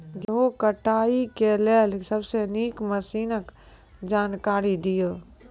गेहूँ कटाई के लेल सबसे नीक मसीनऽक जानकारी दियो?